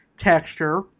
texture